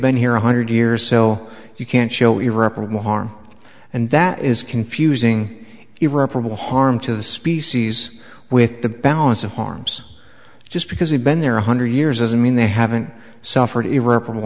been here one hundred years so you can't show irreparable harm and that is confusing irreparable harm to the species with the balance of harms just because we've been there hundred years as a mean they haven't suffered irreparable